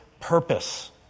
purpose